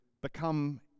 become